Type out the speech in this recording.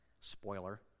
spoiler